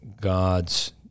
God's